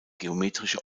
geometrische